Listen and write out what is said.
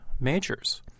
majors